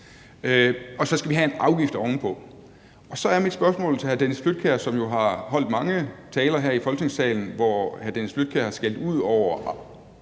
og så skal vi have en afgift ovenpå. Så har jeg et spørgsmål til hr. Dennis Flydtkjær, som jo har holdt mange taler her i Folketingssalen, hvor hr. Dennis Flydtkjær har skældt ud over